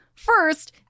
First